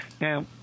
Now